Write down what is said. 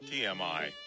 TMI